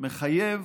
מחייב